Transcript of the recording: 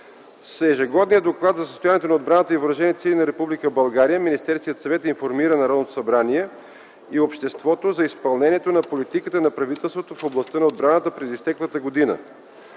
С ежегодния Доклад за състоянието на отбраната и въоръжените сили на Република България Министерският съвет информира Народното събрание и обществото за изпълнението на политиката на правителството в областта на отбраната през изтеклата година.